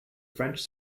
french